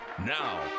Now